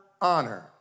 honor